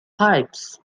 pipes